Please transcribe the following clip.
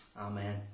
Amen